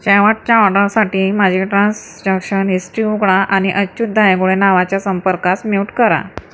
शेवटच्या ऑडरसाठी माझी ट्रान्झॅक्शन हिस्टरी उघडा आणि अच्युत धायगुडे नावाच्या संपर्कास म्यूट करा